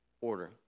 order